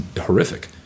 horrific